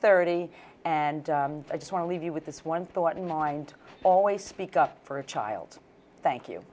thirty and i just want to leave you with this one thought in my mind always speak up for a child thank you